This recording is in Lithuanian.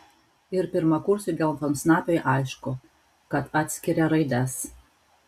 ir pirmakursiui geltonsnapiui aišku kad atskiria raides